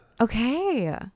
Okay